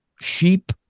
sheep